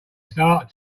start